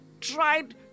tried